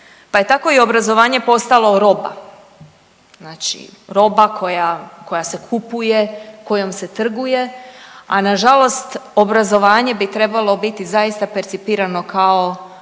pa je tako i obrazovanje postalo roba, znači roba kojom se kupuje, kojom se trguje, a nažalost obrazovanje bi trebalo biti zaista percipirano kao